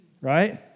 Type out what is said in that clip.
right